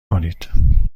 کنید